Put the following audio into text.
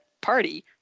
party